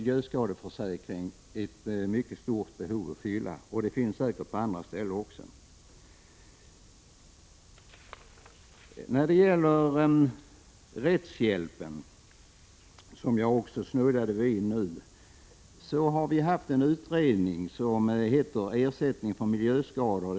23 april 1986 Där hade en miljöskadeförsäkring fyllt ett stort behov. När det gäller rättshjälpen, som jag också snuddade vid, har vi haft en utredning vars betänkande heter Ersättning för miljöskador .